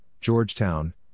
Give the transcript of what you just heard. Georgetown